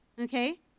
Okay